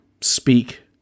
speak